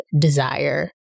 desire